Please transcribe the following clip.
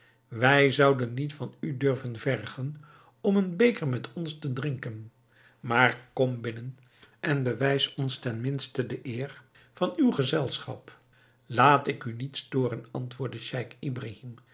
wij zouden niet van u durven vergen om een beker met ons te drinken maar kom binnen en bewijs ons ten minste de eer van uw gezelschaplaat ik u niet storen antwoordde scheich ibrahim